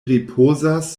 ripozas